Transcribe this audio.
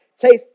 Taste